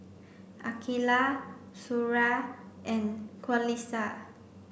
Aqilah Suria and Qalisha